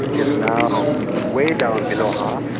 is now way down below half.